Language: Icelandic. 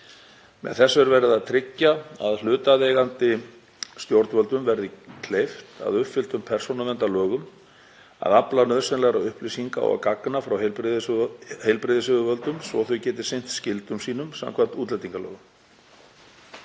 Með þessu er verið að tryggja að hlutaðeigandi stjórnvöldum verði kleift, að uppfylltum persónuverndarlögum, að afla nauðsynlegra upplýsinga og gagna frá heilbrigðisyfirvöldum svo þau geti sinnt skyldum sínum samkvæmt útlendingalögum.